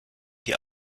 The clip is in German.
die